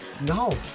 No